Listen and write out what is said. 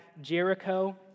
Jericho